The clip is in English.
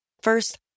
First